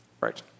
Right